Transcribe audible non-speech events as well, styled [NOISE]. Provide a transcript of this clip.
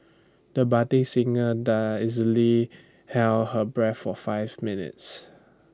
the budding singer [UNINTELLIGIBLE] easily held her breath for five minutes